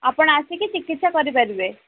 ଆପଣ ଆସିକି ଚିକିତ୍ସା କରିପାରିବେ